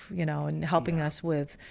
you know, and helping us with,